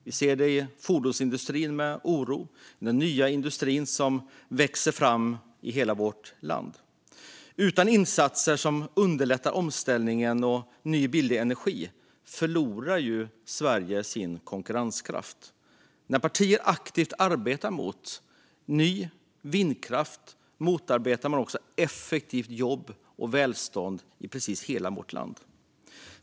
Vi ser oron inom fordonsindustrin och de nya industrier som växer fram i hela vårt land. Utan insatser som underlättar omställning och ny, billig energi förlorar Sverige konkurrenskraft. När partier aktivt arbetar mot ny vindkraft motarbetas effektivt jobb och välstånd i hela vårt land.